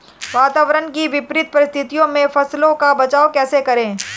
वातावरण की विपरीत परिस्थितियों में फसलों का बचाव कैसे करें?